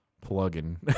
plugging